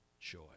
joy